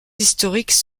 historiques